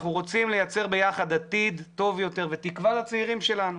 אנחנו רוצים לייצר ביחד עתיד טוב יותר ותקווה לצעירים שלנו